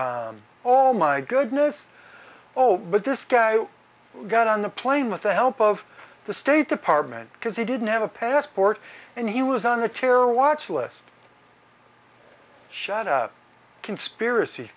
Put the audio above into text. bomber oh my goodness oh but this guy got on the plane with the help of the state department because he didn't have a passport and he was on the terror watch list shot conspiracy